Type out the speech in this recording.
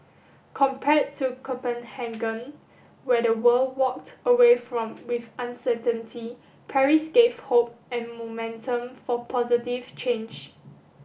compared to Copenhagen where the world walked away from with uncertainty Paris gave hope and momentum for positive change